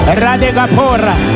radegapora